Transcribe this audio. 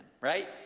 right